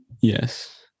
Yes